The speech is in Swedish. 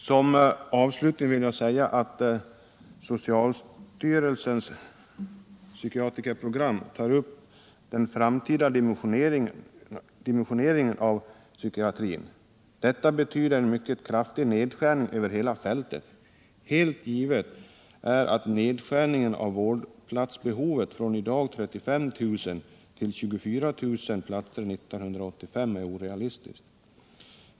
Som avslutning vill jag säga att socialstyrelsens psykiatriprogram tar upp den framtida dimensioneringen av psykiatrin. Detta betyder en mycket kraftig nedskärning över hela fältet. Helt givet är att nedskärningen av vårdplatsbehovet från i dag 35000 platser till 24000 platser 1985 är orealistiskt.